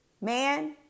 Man